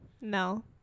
no